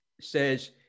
says